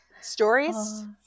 Stories